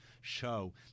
show